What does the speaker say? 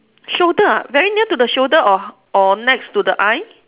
shoulder ah very near to the shoulder or or next to the eye